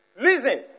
listen